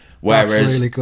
Whereas